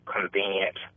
convenient